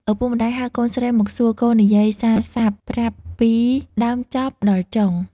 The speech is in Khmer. ឪពុកម្ដាយហៅកូនស្រីមកសួរកូននិយាយសារស័ព្ទប្រាប់រឿងពីដើមចប់ដល់ចុង។